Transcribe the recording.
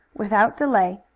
without delay,